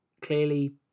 clearly